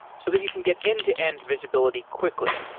so that you can get end-to-end visibility quickly.